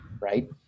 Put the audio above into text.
right